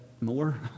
more